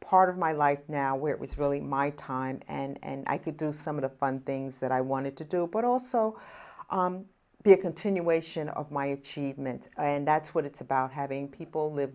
part of my life now where it was really my time and i could do some of the fun things that i wanted to do but also be a continuation of my achievements and that's what it's about having people live